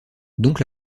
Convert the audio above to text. donc